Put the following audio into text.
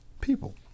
people